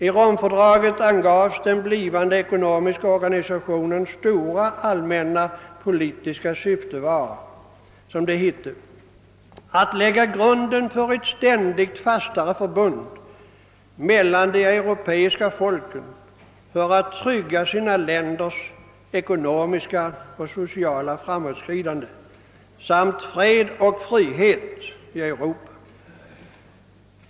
I Romfördraget angavs den blivande ekonomiska organisationens stora allmänna politiska syfte vara, som det hette, »att lägga grunden för ett ständigt fastare förbund mellan de europeiska folken för att trygga sina länders ekonomiska och sociala framåtskridande samt fred och frihet i Europa».